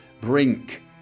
Brink